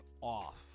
off